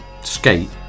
skate